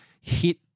hit